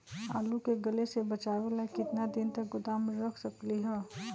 आलू के गले से बचाबे ला कितना दिन तक गोदाम में रख सकली ह?